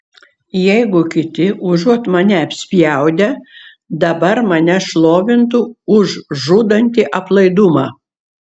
jeigu kiti užuot mane apspjaudę dabar mane šlovintų už žudantį aplaidumą